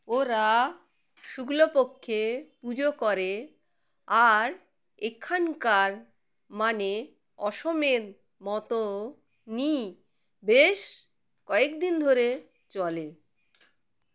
ওরা শুক্লাপক্ষে পুজো করে আর এখানকার মানে অসমের মতো নিই বেশ কয়েক দিন ধরে চলে